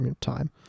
time